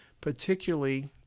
particularly